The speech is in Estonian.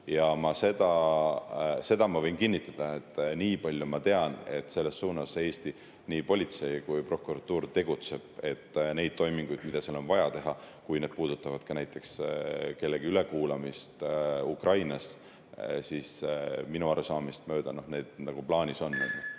Ja seda ma võin kinnitada, et nii palju ma tean, et selles suunas Eesti nii politsei kui ka prokuratuur tegutsevad. Need toimingud, mida on vaja teha, kui need puudutavad näiteks kellegi ülekuulamist Ukrainas, siis minu arusaamist mööda need plaanis on.